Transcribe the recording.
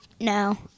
no